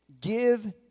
Give